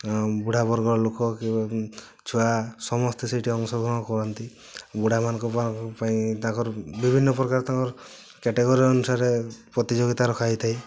ବୁଢ଼ା ବର୍ଗ ର ଲୋକ କି ଛୁଆ ସମସ୍ତେ ସେଇଠି ଅଂଶ ଗ୍ରହଣ କରନ୍ତି ବୁଢ଼ା ମାନଙ୍କ ପାଇଁ ତାଙ୍କର ବିଭିନ୍ନ ପ୍ରକାର ତାଙ୍କର କ୍ୟାଟେଗୋରୀ ଅନୁସାରରେ ପ୍ରତିଯୋଗିତା ରଖା ଯାଇଥାଇ